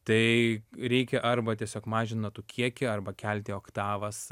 tai reikia arba tiesiog mažint natų kiekį arba kelti oktavas